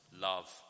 love